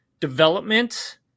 development